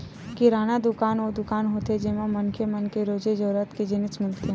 किराना दुकान वो दुकान होथे जेमा मनखे मन के रोजे जरूरत के जिनिस मिलथे